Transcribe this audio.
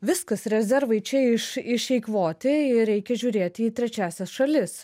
viskas rezervai čia iš išeikvoti ir iki žiūrėti į trečiąsias šalis